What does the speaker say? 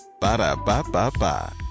Ba-da-ba-ba-ba